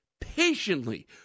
patiently